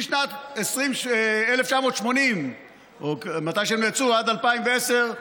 משנת 1980 או מתי שהם נעצרו עד 2010,